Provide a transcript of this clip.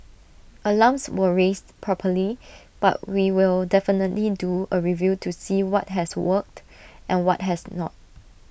alarms were raised properly but we will definitely do A review to see what has worked and what has not